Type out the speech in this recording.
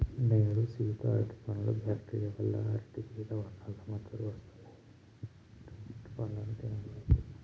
నేడు సీత అరటిపండ్లు బ్యాక్టీరియా వల్ల అరిటి మీద నల్ల మచ్చలు వస్తున్నాయి అసొంటీ అరటిపండ్లు తినబాకు